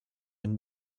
une